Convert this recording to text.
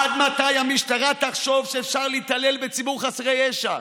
עד מתי המשטרה תחשוב שאפשר להתעלל בציבור חסרי ישע?